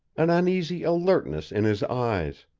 an uneasy alertness in his eyes,